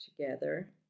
together